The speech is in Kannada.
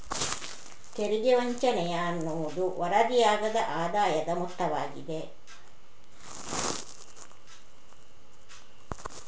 ತೆರಿಗೆ ವಂಚನೆಯ ಅನ್ನುವುದು ವರದಿಯಾಗದ ಆದಾಯದ ಮೊತ್ತವಾಗಿದೆ